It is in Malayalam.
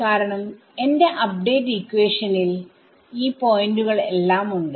കാരണം എന്റെ അപ്ഡേറ്റ് ഇക്വേഷനിൽഈ പോയിന്റുകൾ എല്ലാം ഉണ്ട്